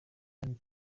donald